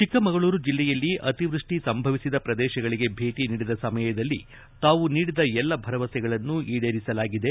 ಚಿಕ್ಕಮಗಳೂರು ಜಿಲ್ಲೆಯಲ್ಲಿ ಅತಿವೃಡ್ವಿ ಸಂಭವಿಸಿದ ಪ್ರದೇಶಗಳಿಗೆ ಭೇಟಿ ನೀಡಿದ ಸಮಯದಲ್ಲಿ ತಾವು ನೀಡಿದ ಎಲ್ಲಾ ಭರವಸೆಗಳನ್ನು ಈಡೇರಿಸಲಾಗಿದೆ